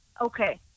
Okay